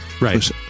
Right